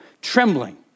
trembling